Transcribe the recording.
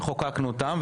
וחוקקנו אותם.